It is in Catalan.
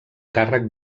càrrec